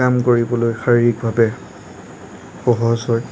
কাম কৰিবলৈ শাৰীৰিকভাৱে সহজ হয়